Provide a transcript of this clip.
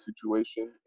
situation